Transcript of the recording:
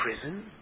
prison